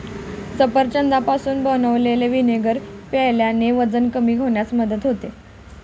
सफरचंदापासून बनवलेले व्हिनेगर प्यायल्याने वजन कमी होण्यास मदत होते